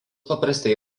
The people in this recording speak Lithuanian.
paprastai